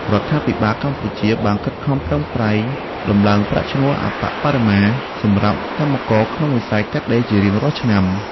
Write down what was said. រដ្ឋាភិបាលកម្ពុជាបានខិតខំប្រឹងប្រែងដំឡើងប្រាក់ឈ្នួលអប្បបរមាសម្រាប់កម្មករក្នុងវិស័យកាត់ដេរជារៀងរាល់ឆ្នាំ។